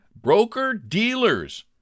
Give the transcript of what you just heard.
broker-dealers